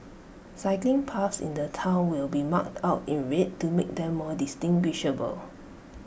cycling paths in the Town will be marked out in red to make them more distinguishable